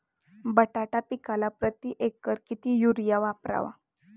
बटाटा पिकाला प्रती एकर किती युरिया वापरावा?